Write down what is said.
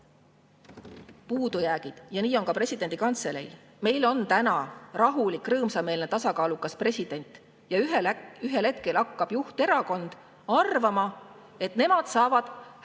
puudujäägid, ja nii on ka presidendi kantseleil. Meil on rahulik, rõõmsameelne, tasakaalukas president, aga ühel hetkel hakkab juhterakond arvama, et nemad saavad häälte